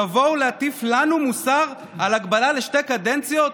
תבוא להטיף לנו מוסר על הגבלה לשתי קדנציות?